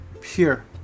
Pure